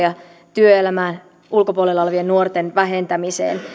ja työelämän ulkopuolella olevien nuorten vähentämiseen